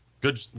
Good